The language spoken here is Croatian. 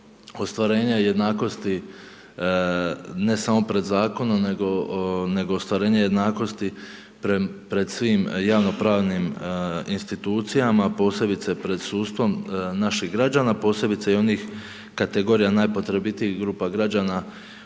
ostvarenje jednakosti ne samo pred zakonom, nego, nego ostvarenje jednakosti pred svim javnopravnim institucijama posebice pred sudstvom naših građana, posebice i onih kategorija najpotrebitijih grupa građana